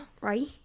Right